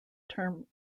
term